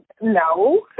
No